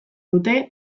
dute